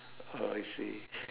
oh I see